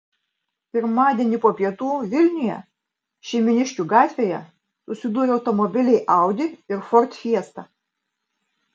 pirmadienį po pietų vilniuje šeimyniškių gatvėje susidūrė automobiliai audi ir ford fiesta